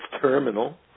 terminal